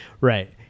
right